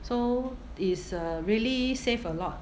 so is a really save a lot